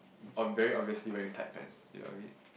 um very obviously wearing tight pants ya I mean